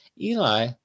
Eli